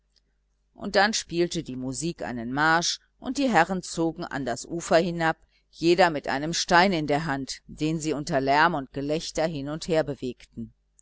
und dann spielte die musik einen marsch und die herren zogen an das ufer hinab jeder mit einem stein in der hand den sie unter lärm und gelächter hin und her bewegten